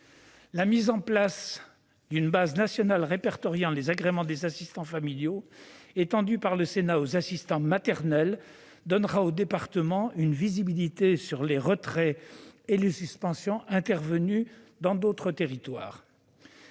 La mise en place d'une base nationale répertoriant les agréments des assistants familiaux, étendue par le Sénat aux assistants maternels, donnera aux départements une visibilité sur les retraits et les suspensions d'agrément prononcés dans d'autres territoires.